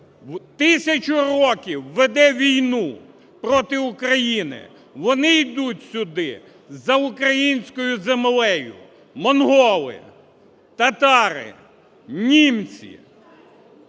тисячу років веде війну проти України, вони йдуть сюди за українською землею: монголи, татари, німці,